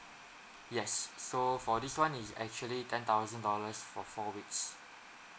yes so for this one it's actually ten thousand dollars for four weeks